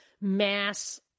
mass